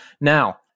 Now